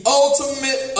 ultimate